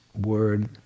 word